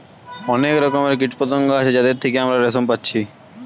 অনেক রকমের কীটপতঙ্গ আছে যাদের থিকে আমরা রেশম পাচ্ছি